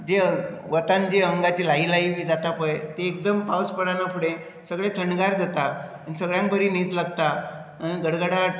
देव वतांत जी अंगाची लाइ लाइ बी जाता पळय ती एकदम पावस पडना फुडें सगळें थंडगार जाता आनी सगळ्यांक बरी न्हीद लागता आनी गडगडाट